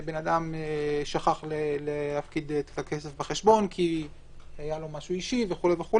בן אדם שכח להפקיד כסף בחשבון כי היה לו משהו אישי וכו'.